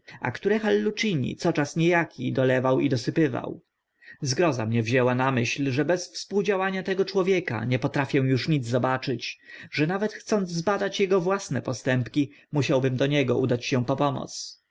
a które hallucini co czas nie aki dolewał i dosypywał zgroza mnie wzięła na myśl że bez współdziałania tego człowieka nie potrafię uż nic zobaczyć że nawet chcąc zbadać ego własne postępki musiałbym do niego udać się o pomoc